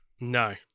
No